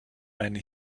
einen